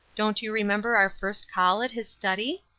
don't you remember our first call at his study?